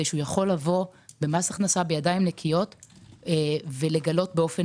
כדי שהוא יוכל לבוא למס הכנסה בידיים נקיות ולגלות באופן